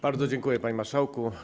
Bardzo dziękuję, panie marszałku.